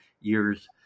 years